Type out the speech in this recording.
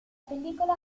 pellicola